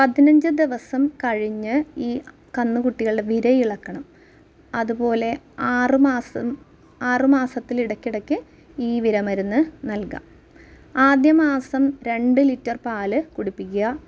പതിനഞ്ച് ദിവസം കഴിഞ്ഞ് ഈ കന്നുകുട്ടികളുടെ വിരയിളക്കണം അതുപോലെ ആറ് മാസം ആറ് മാസത്തിൽ ഇടയ്ക്കിടയ്ക്ക് ഈ വിര മരുന്ന് നൽകാം ആദ്യ മാസം രണ്ട് ലിറ്റർ പാൽ കുടിപ്പിക്കുക